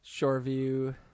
Shoreview